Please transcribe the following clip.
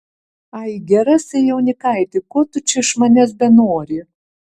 ai gerasai jaunikaiti ko tu čia iš manęs benori